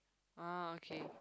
ah okay